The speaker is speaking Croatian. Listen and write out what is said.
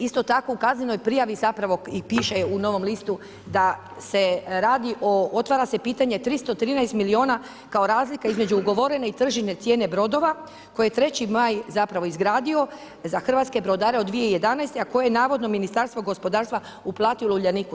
Isto tako u kaznenoj prijavi zapravo i piše u Novom listu da se otvara pitanje 313 milijuna kao razlika između ugovorene i tržišne cijene brodova koje je Treći maj zapravo izgradio za hrvatske brodare od 2011. a koje je navodno Ministarstvo gospodarstva uplatilo Uljaniku.